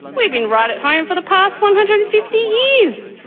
we've been right at home for the past one hundred and fifty years!